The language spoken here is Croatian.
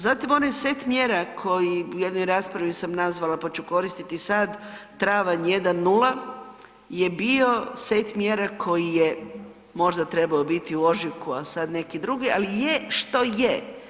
Zatim onaj set mjera koji u jednoj raspravi sam nazvala pa ću koristiti i sad, travanj 1, 0 je bio set mjera koji je možda trebao biti u ožujku ali je sada neki drugi, ali je što je.